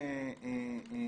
תבוא לדיון בוועדת החוקה.